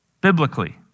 biblically